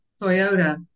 Toyota